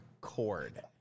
cord